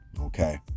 Okay